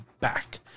back